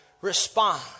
respond